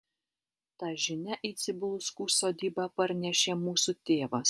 tą žinią į cibulskų sodybą parnešė mūsų tėvas